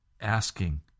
Asking